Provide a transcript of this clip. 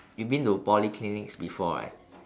you been to polyclinics before right